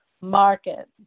market